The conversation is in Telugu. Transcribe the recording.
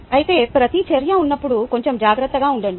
అయితే ప్రతిచర్య ఉన్నప్పుడు కొంచెం జాగ్రత్తగా ఉండండి